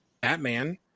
Batman